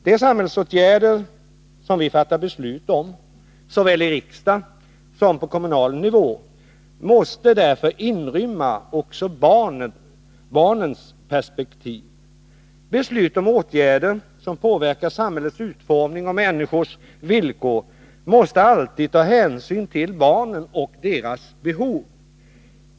De samhällsåtgärder som vi fattar beslut om såväl i riksdagen som på kommunal nivå måste därför inrymma också barnens perspektiv. Beslut om åtgärder som påverkar samhällets utformning och människors villkor måste alltid ta hänsyn till barnen och deras behov.